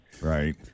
Right